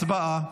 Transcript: הצבעה.